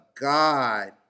God